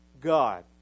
God